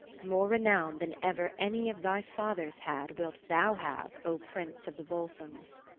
more renown than ever any of thy fathers had wilt thou have, o prince of the volsungs.